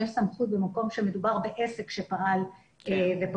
ככל שמדובר בהתקשרויות שהעלו איזשהן